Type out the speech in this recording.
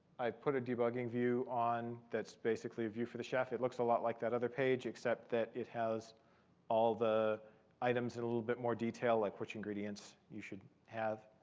i've put a debugging view on that's basically a view for the chef. it looks a lot like that other page, except that it has all the items in a little bit more detail, like which ingredients you should have.